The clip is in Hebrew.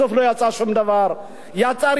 יצר ייאוש של אנשים.